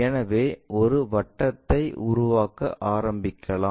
எனவே ஒரு வட்டத்தை உருவாக்க ஆரம்பிக்கலாம்